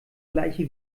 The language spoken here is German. gleiche